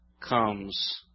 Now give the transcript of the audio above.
comes